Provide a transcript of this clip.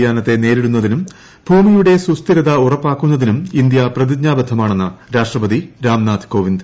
കാലാവസ്ഥ വൃതിയാനത്തെ ്ന്യേരിടുന്നതിനും ഭൂമിയുടെ സുസ്ഥിരത ഉറപ്പാക്കുന്നതിനും ഇന്ത്യ പ്രതിജ്ഞാബദ്ധമാണ്ണെന്ന് രാ്ഷ്ട്രപതി രാംനാഥ് കോവിന്ദ്